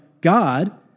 God